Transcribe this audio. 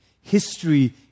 History